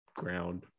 ground